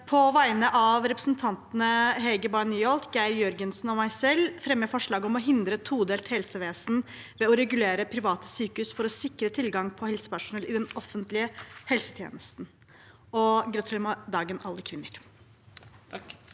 På vegne av represen- tantene Hege Bae Nyholt, Geir Jørgensen og meg selv fremmer jeg forslag om å hindre todelt helsevesen ved å regulere private sykehus for å sikre tilgang på helsepersonell i den offentlige helsetjenesten. Og gratulerer med dagen til alle kvinner!